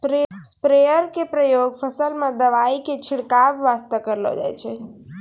sprayer के उपयोग फसल मॅ दवाई के छिड़काब वास्तॅ करलो जाय छै